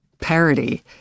parody